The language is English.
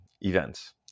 events